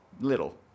Little